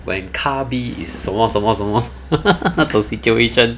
when car B is 什么什么什么 those situation